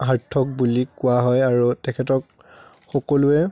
heart throb বুলি কোৱা হয় আৰু তেখেতক সকলোৱে